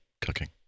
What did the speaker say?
cooking